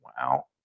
Wow